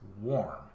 warm